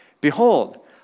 Behold